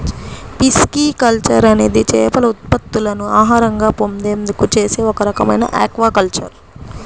pisciculture అనేది చేపల ఉత్పత్తులను ఆహారంగా పొందేందుకు చేసే ఒక రకమైన ఆక్వాకల్చర్